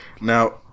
Now